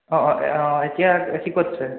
অঁ অঁ অঁ এতিয়া সি ক'ত আছে